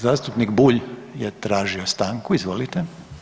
Zastupnik Bulj je tražio stanku, izvolite.